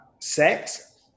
sex